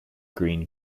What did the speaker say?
greene